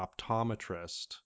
optometrist